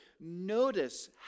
notice